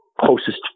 closest